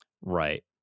Right